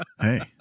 Hey